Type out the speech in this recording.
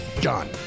done